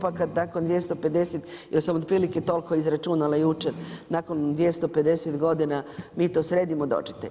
Pa kad nakon 250 jer sam otprilike toliko izračunala jučer, nakon 250 godina mi to sredimo dođite.